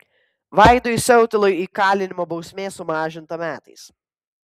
vaidui siautilui įkalinimo bausmė sumažinta metais